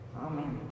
amen